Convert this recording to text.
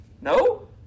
no